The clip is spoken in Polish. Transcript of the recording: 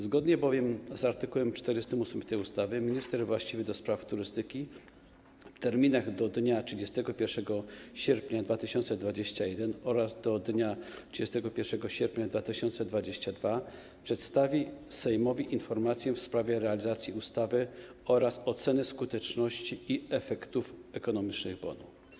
Zgodnie bowiem z art. 48 tej ustawy minister właściwy do spraw turystyki w terminach do dnia 31 sierpnia 2021 r. oraz do dnia 31 sierpnia 2022 r. przedstawi Sejmowi informację w sprawie realizacji ustawy oraz oceny skuteczności i efektów ekonomicznych bonu.